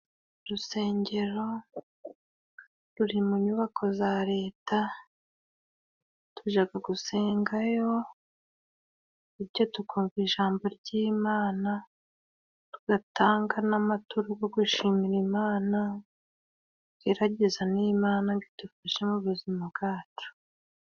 Urusengero ruri mu nyubako za Leta, tujaga gusengayo bityo tukumva ijambo ry'Imana, tugatanga n'amaturo bwo gushimira Imana, twiragiza n'Imana ngo idufashe mu buzima bwacu.